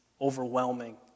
overwhelming